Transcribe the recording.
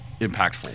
impactful